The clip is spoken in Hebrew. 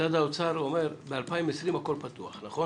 משרד האוצר אומר שב-2020 הכול פתוח, נכון?